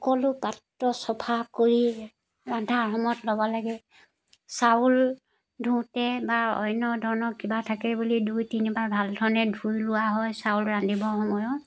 সকলো পাত্ৰ চফা কৰি ৰন্ধাৰ সময়ত ল'ব লাগে চাউল ধোঁতে বা অন্য ধৰণৰ কিবা থাকে বুলি দুই তিনিবাৰ ভালধৰণে ধুই লোৱা হয় চাউল ৰান্ধিবৰ সময়ত